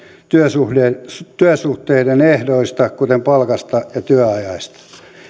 työsuhteiden ehdoista kuten palkasta ja työajasta